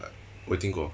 uh 我听过